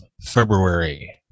february